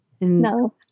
No